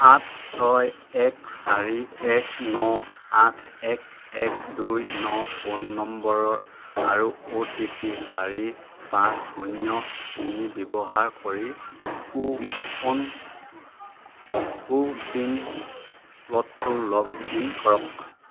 আঠ ছয় এক চাৰি এক ন আঠ এক এক দুই ন ফোন নম্বৰ আৰু অ' টি পি চাৰি পাঁচ শূন্য তিনি ব্যৱহাৰ কৰি কো ৱন কো ৱিন প'ৰ্টেলত লগ ইন কৰক